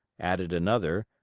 added another,